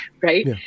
right